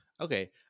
Okay